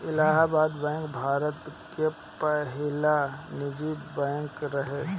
Allahabad bank Bharat के पहिला निजी बैंक रहे